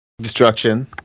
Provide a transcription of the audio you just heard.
destruction